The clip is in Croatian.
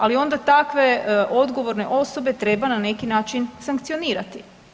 Ali onda takve odgovorne osobe treba na neki način sankcionirati.